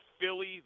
Philly